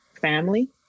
family